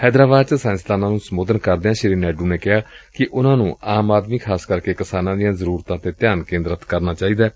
ਹੈਦਰਾਬਾਦ ਚ ਸਾਇੰਸਦਾਨਾਂ ਨੂੰ ਸੰਬੋਧਨ ਕਰਦਿਆਂ ਸ੍ਰੀ ਨਾਇਡੂ ਨੇ ਕਿਹਾ ਕਿ ਉਨੂਾਂ ਨੂੰ ਆਮ ਆਦਮੀ ਖਾਸ ਕਰਕੇ ਕਿਸਾਨਾਂ ਦੀਆਂ ਜ਼ਰੁਰਤਾਂ ਤੇ ਧਿਆਨ ਕੇਂਦਰਿਤ ਕਰਨਾ ਚਾਹੀਦੈ